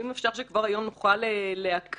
אם אפשר שכבר היום נוכל להקריא.